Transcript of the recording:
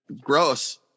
gross